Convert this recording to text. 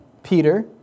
Peter